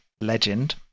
Legend